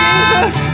Jesus